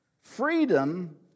freedom